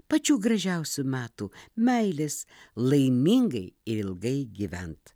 pačių gražiausių metų meilės laimingai ir ilgai gyvent